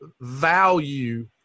value